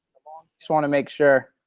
just want to make sure.